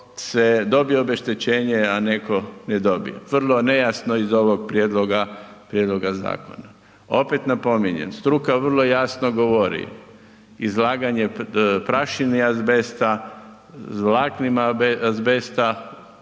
dobije obeštećenje, a netko ne dobije. Vrlo nejasno iz ovog prijedloga zakona. Opet napominjem, struka vrlo jasno govori, izlaganje prašini azbesta, vlaknima azbesta